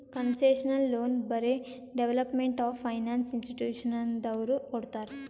concessional loan ಬರೇ development of finance ಇನ್ಸ್ಟಿಟ್ಯೂಷನದವ್ರು ಕೊಡ್ತಾರ್